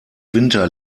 winter